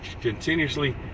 continuously